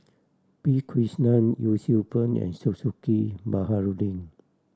P Krishnan Yee Siew Pun and Zulkifli Baharudin